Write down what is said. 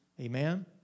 Amen